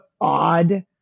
odd